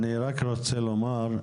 אני רק רוצה לומר,